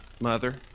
mother